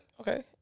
okay